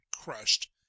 crushed